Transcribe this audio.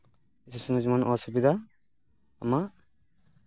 ᱤᱥᱤᱱ ᱨᱮ ᱡᱮᱢᱚᱱ ᱚᱥᱩᱵᱤᱫᱷᱟ ᱟᱢᱟᱜ